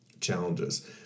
challenges